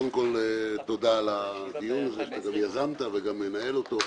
קודם כל תודה על הדיון הזה שאתה יזמת וגם מנהל אותו.